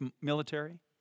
military